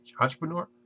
entrepreneur